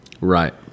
Right